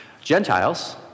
Gentiles